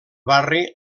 barri